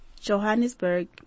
Johannesburg